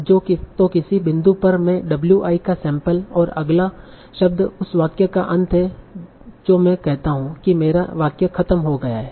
तो किसी बिंदु पर मैं wi का सैंपल और अगला शब्द उस वाक्य का अंत है जो मैं कहता हूं कि मेरा वाक्य खत्म हो गया है